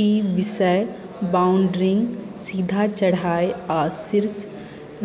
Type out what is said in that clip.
ई विषय बाउल्डरिंग सीधा चढ़ाइ आ शीर्ष